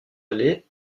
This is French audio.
aller